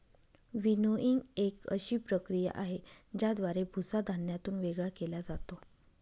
winnowing एक अशी प्रक्रिया आहे, ज्याद्वारे भुसा धान्यातून वेगळा केला जातो